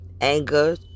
anger